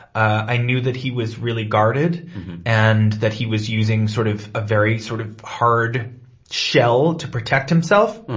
i knew that he was really guarded and that he was using sort of a very sort of hard shell to protect himself.